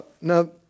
now